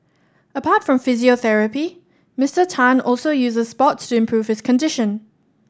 apart from physiotherapy Mister Tan also uses sports to improve his condition